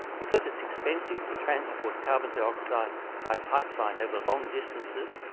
because it's expensive to transport carbon dioxide by pipeline over long distances,